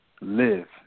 live